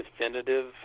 definitive